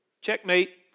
checkmate